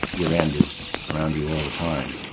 your end is around you all the time.